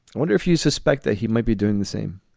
wonder if you suspect that he might be doing the same